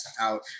out